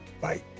Bye